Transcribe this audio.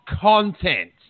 content